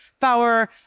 power